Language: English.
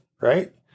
Right